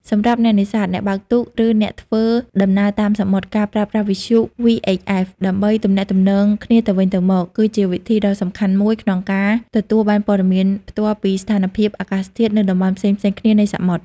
សម្រាប់អ្នកនេសាទ អ្នកបើកទូក ឬអ្នកធ្វើដំណើរតាមសមុទ្រ ការប្រើប្រាស់វិទ្យុ VHF ដើម្បីទំនាក់ទំនងគ្នាទៅវិញទៅមក គឺជាវិធីដ៏សំខាន់មួយក្នុងការទទួលបានព័ត៌មានផ្ទាល់ពីស្ថានភាពអាកាសធាតុនៅតំបន់ផ្សេងៗគ្នានៃសមុទ្រ។